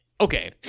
Okay